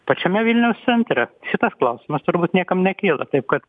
pačiame vilniaus centre šitas klausimas turbūt niekam nekyla taip kad